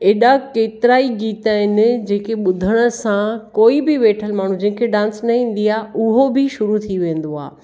एॾा केतिरा ई गीत आहिनि जेके ॿुधण सां कोई बि वेठलु माण्हू जंहिंखें डांस न ईंदी आहे उहो बि शुरू थी वेंदो आहे